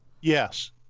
Yes